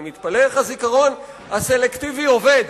אני מתפלא איך הזיכרון הסלקטיבי עובד.